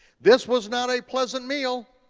this was not a pleasant meal.